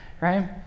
right